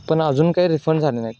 पण अजून काही रिफंड झाले नाही